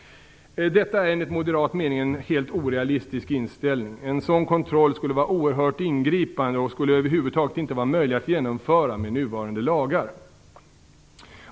Detta är enligt moderat mening en helt orealistisk inställning. En sådan kontroll skulle vara oerhört ingripande och skulle över huvud taget inte vara möjlig att genomföra med nuvarande lagar.